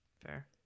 fair